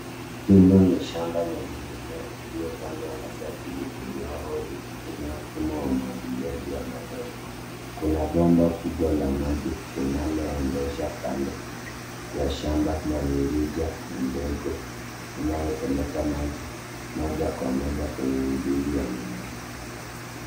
Hili ni shamba lenye mimea iliyopandwa labda pilipili hoho ikitumia mfumo wa umwagiliaji wa matone. Kuna bomba kubwa la maji linaloendesha kando ya shamba na mirija midogo inayopeleka maji moja kwa moja kwenye mzizi ya mimea.